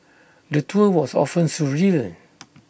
the tour was often surreal